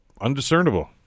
undiscernible